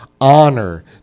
honor